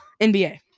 NBA